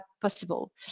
possible